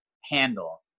handle